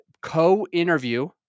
co-interview